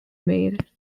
made